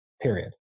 period